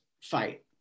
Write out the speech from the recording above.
fight